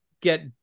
get